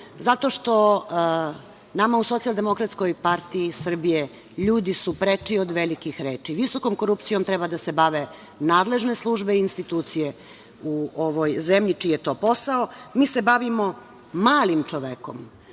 zato što nama u SDPS ljudi su preči od velikih reči. Visokom korupcijom treba da se bave nadležne službe i institucije u ovoj zemlji čiji je to posao. Mi se bavimo malim čovekom,